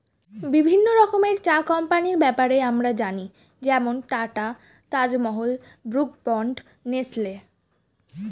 বিভিন্ন রকমের চা কোম্পানির ব্যাপারে আমরা জানি যেমন Tata, Taj Mahal, Brooke Bond, Nestle